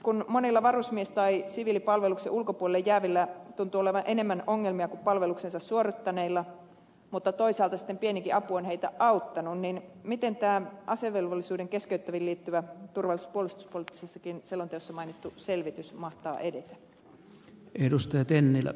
kun monilla varusmies tai siviilipalveluksen ulkopuolelle jäävillä tuntuu olevan enemmän ongelmia kuin palveluksensa suorittaneilla mutta toisaalta sitten pienikin apu on heitä auttanut niin miten tämä asevelvollisuuden keskeyttämiseen liittyvä turvallisuus ja puolustuspoliittisessakin selonteossa mainittu selvitys mahtaa edetä